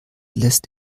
lässt